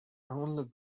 only